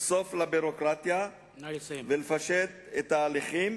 סוף לביורוקרטיה ולפשט את ההליכים